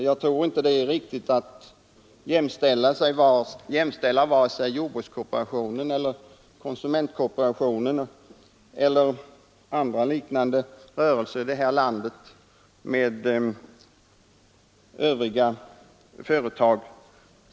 Jag tror inte det är riktigt att jämställa vare sig jordbrukskooperationen eller konsumentkooperationen eller andra liknande rörelser i landet med övriga företag.